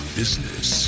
business